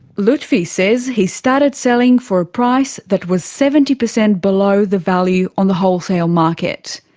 lutfi says he started selling for a price that was seventy percent below the value on the wholesale market.